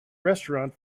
restaurant